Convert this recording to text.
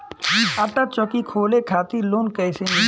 आटा चक्की खोले खातिर लोन कैसे मिली?